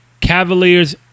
Cavaliers